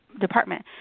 department